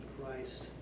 Christ